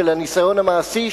של הניסיון המעשי,